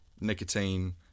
nicotine